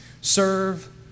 Serve